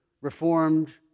reformed